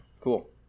Cool